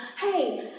hey